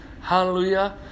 Hallelujah